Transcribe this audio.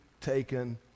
taken